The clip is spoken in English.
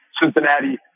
Cincinnati